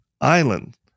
Island